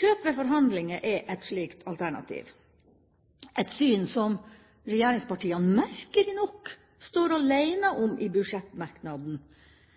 Kjøp ved forhandlinger er et slikt alternativ – et syn som regjeringspartiene merkelig nok står aleine